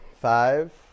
Five